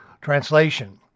Translation